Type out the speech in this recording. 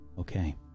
Okay